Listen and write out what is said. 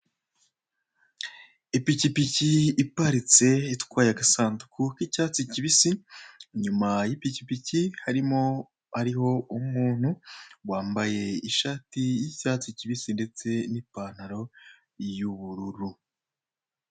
Ipikipiki iparitse itwaye agasanduku k'icyatsi kibisi, nyuma y'ipikipiki harimo hariho umuntu wambaye ishati y'icyatsi kibisi ndetse n'ipantalo y'ubururu.